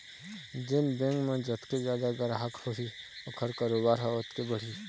जेन बेंक म जतके जादा गराहक होही ओखर कारोबार ह ओतके बढ़ही